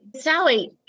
Sally